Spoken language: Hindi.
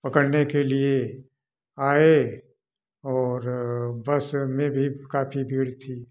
पकड़ने के लिए आए और बस में भी काफ़ी भीड़ थी